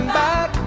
back